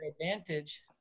Advantage